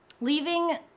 Leaving